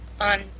on